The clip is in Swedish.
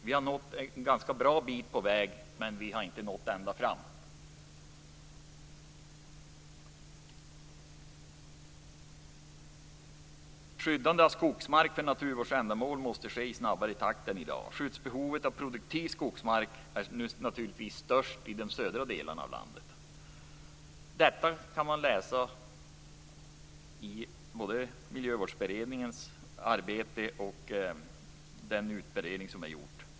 Vi har kommit en ganska bra bit på vägen, men vi har inte nått ända fram. Skyddandet av skogsmark för naturvårdsändamål måste ske i snabbare takt än i dag. Skyddsbehovet för produktiv skogsmark är naturligtvis störst i de södra delarna av landet. Detta kan man läsa både i Miljövårdsberedningens arbete och i den utvärdering som är gjord.